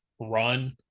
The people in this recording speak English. run